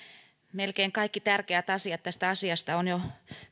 melkein kaikki tärkeät asiat tästä asiasta on jo